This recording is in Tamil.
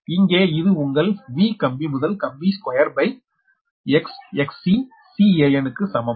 இங்கே இது உங்கள் V கம்பி முதல் கம்பி square by X Xc Can க்கு சமம்